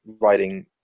writing